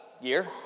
year